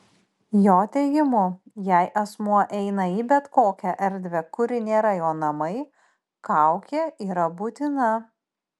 jo teigimu jei asmuo eina į bet kokią erdvę kuri nėra jo namai kaukė yra būtina